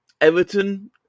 Everton